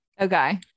Okay